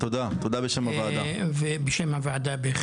תודה בשם הוועדה בהחלט,